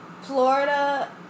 Florida